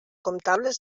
comptables